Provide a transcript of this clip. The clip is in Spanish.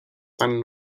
tan